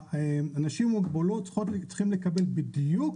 אנשים עם מוגבלות צריכים לקבל בדיוק